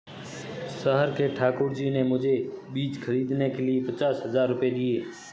शहर के ठाकुर जी ने मुझे बीज खरीदने के लिए पचास हज़ार रूपये दिए